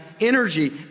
energy